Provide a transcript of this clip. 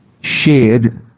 shared